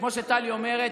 כמו שטלי אומרת,